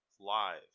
live